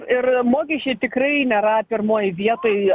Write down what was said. ir mokesčiai tikrai nėra pirmoj vietoj